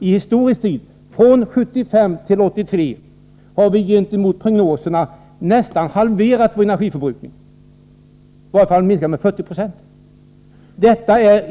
Från 1975 till 1983 har vi förändrat vår energianvändning från prognosens ca 540 TWh till dagens ca 350 TWh.